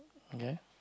okay